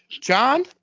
John